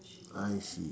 I see